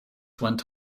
went